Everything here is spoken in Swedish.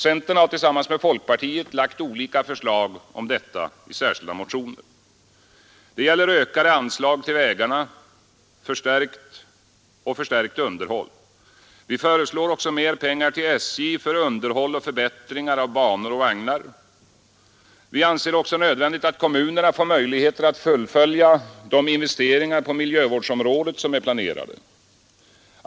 Centern har tillsammans med folkpartiet lagt fram olika förslag om detta i särskilda motioner. Det gäller ökade anslag till vägarna och förstärkt underhåll. Vi föreslår också mer pengar till SJ för underhåll och förbättringar av banor och vagnar. Vi anser det vidare nödvändigt att kommunerna får möjligheter att fullfölja de investeringar på miljövårdsområdet som är planerade.